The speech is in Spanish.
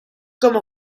como